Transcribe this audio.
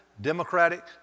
democratic